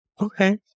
Okay